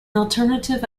alternative